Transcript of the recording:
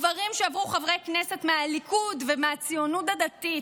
הדברים שאמרו חברי כנסת מהליכוד ומהציונות הדתית,